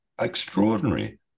extraordinary